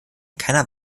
keiner